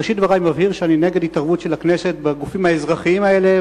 בראשית דברי אני מבהיר שאני נגד התערבות של הכנסת בגופים האזרחיים האלה,